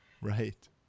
Right